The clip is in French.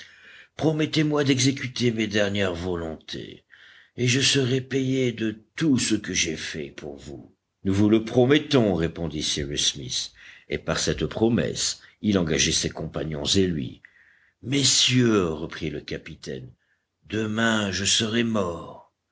promettez-moi d'exécuter mes dernières volontés et je serai payé de tout ce que j'ai fait pour vous nous vous le promettons répondit cyrus smith et par cette promesse il engageait ses compagnons et lui messieurs reprit le capitaine demain je serai mort